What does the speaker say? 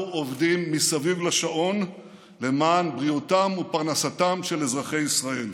אנחנו עובדים מסביב לשעון למען בריאותם ופרנסתם של אזרחי ישראל.